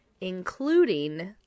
including